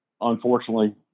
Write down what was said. Unfortunately